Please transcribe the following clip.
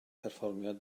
perfformiad